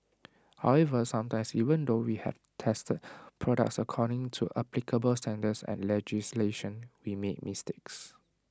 however sometimes even though we have tested products according to applicable standards and legislation we make mistakes